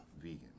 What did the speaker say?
vegan